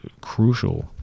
crucial